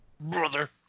Brother